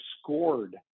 scored